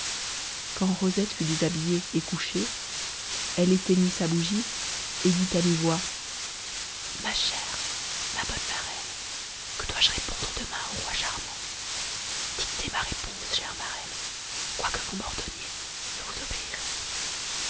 quand rosette fut déshabillée et couchée elle éteignit sa bougie et dit à mi-voix ma chère ma bonne marraine que dois-je répondre demain au roi charmant dictez ma réponse chère marraine quoi que vous m'ordonniez je vous obéirai